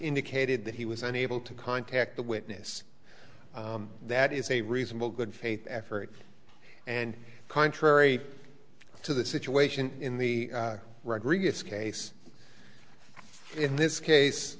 indicated that he was unable to contact the witness that is a reasonable good faith effort and contrary to the situation in the rodriguez case in this case